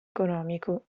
economico